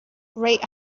great